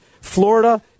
Florida